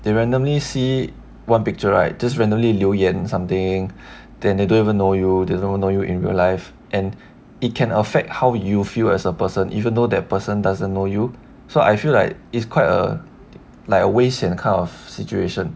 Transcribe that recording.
they randomly see one picture right just randomly 留言 something then they don't even know you they don't even know you in real life and it can affect how you feel as a person even though that person doesn't know you so I feel like it's quite a like a 危险 kind of situation